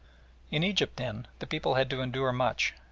in egypt, then, the people had to endure much,